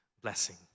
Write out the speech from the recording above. blessing